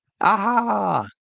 Aha